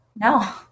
no